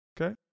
Okay